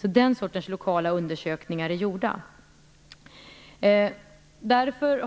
Den sortens lokala undersökningar är alltså gjorda.